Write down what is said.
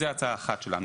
זו הצעה אחת שלנו.